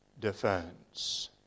defense